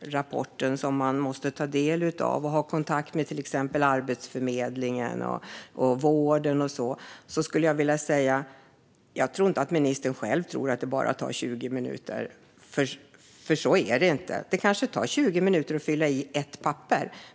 rapporten som man måste ta del av och ha kontakt med, till exempel Arbetsförmedlingen, vården och så, tror jag inte att ministern själv tror att det bara tar 20 minuter, för så är det inte. Det kanske tar 20 minuter att fylla i ett papper.